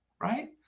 right